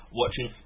watching